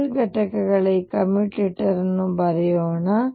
L ಘಟಕಗಳ ಈ commutator ರನ್ನು ಬರೆಯೋಣ